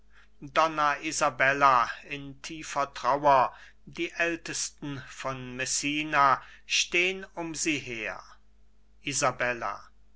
donna isabella in tiefer trauer die ältesten von messina stehen um sie her